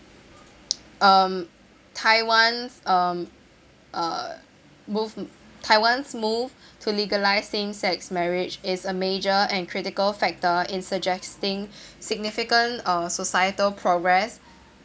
um taiwan's um uh move taiwan's move to legalising sex marriage is a major and critical factor in suggesting significant uh societal progress